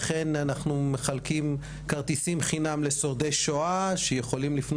וכן אנחנו מחלקים כרטיסים חינם לשורדי שואה שיכולים לפנות